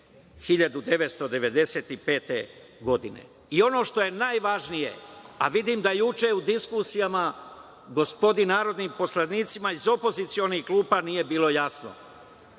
1995. godine. Ono što je najvažnije, a vidim da juče u diskusijama gospodi narodnim poslanicima iz opozicionih klupa nije bilo jasno,